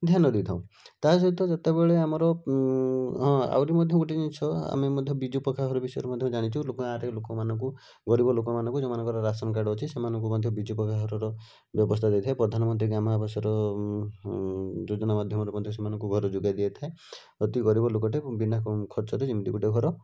ଧ୍ୟାନ ଦେଇଥାଉ ତା ସହିତ ଯେତେବେଳେ ଆମର ହଁ ଆହୁରି ମଧ୍ୟ ଗୋଟେ ଜିନିଷ ଆମେ ମଧ୍ୟ ବିଜୁ ପକ୍କାଘର ବିଷୟରେ ମଧ୍ୟ ଜାଣିଚୁ ଲୋକ ଗାଁ'ରେ ଲୋକମାନଙ୍କୁ ଗରିବ ଲୋକମାନଙ୍କୁ ଯୋଉମାନଙ୍କର ରାସନ କାର୍ଡ଼ ଅଛି ସେମାନଙ୍କୁ ମଧ୍ୟ ବିଜୁ ପକ୍କା ଘରର ବ୍ୟବସ୍ଥା ଦେଇଥାଏ ପ୍ରଧାନମନ୍ତ୍ରୀ ଗ୍ରାମାଆବାସର ଯୋଜନା ମାଧ୍ୟମରେ ମଧ୍ୟ ସେମାନଙ୍କୁ ଘର ଯୋଗାଇ ଦିଆଯାଇଥାଏ ଅତି ଗରିବ ଲୋକଟେ ବିନା କ ଖର୍ଚ୍ଚରେ ଯେମିତି ଗୋଟେ ଘର